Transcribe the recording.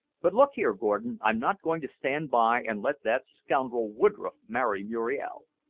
but look here, gordon, i'm not going to stand by and let that scoundrel woodroffe marry muriel.